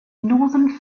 northern